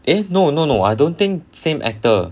eh no no no I don't think same actor